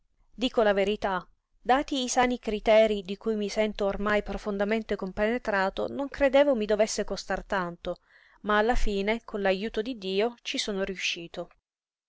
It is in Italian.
dico la verità dati i sani criteri di cui mi sento ormai profondamente compenetrato non credevo mi dovesse costar tanto ma alla fine con l'ajuto di dio ci sono riuscito